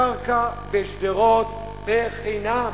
הקרקע בשדרות בחינם.